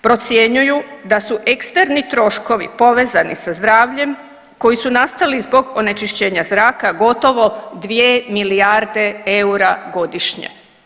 Procjenjuju da su eksterni troškovi povezani sa zdravljem koji su nastali zbog onečišćenja zraka gotovo 2 milijarde eura godišnje.